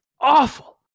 Awful